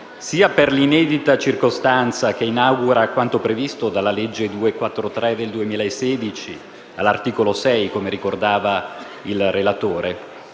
sia per l'inedita circostanza che inaugura quanto previsto dalla legge n. 243 del 2016 all'articolo 6, come ricordava il relatore,